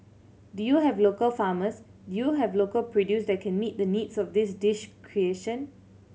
do you have local farmers do you have local produce that can meet the needs of this dish creation